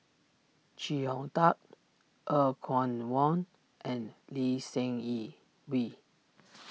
Chee Hong Tat Er Kwong Wah and Lee Seng Yee Wee